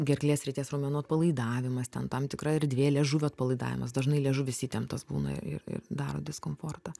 gerklės srities raumenų atpalaidavimas ten tam tikra erdvė liežuvio atpalaidavimas dažnai liežuvis įtemptas būna ir ir daro diskomfortą